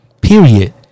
period